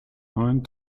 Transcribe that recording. neun